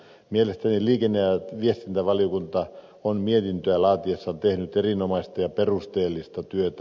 mielestäni liikenne ja viestintävaliokunta on mietintöä laatiessaan tehnyt erinomaista ja perusteellista työtä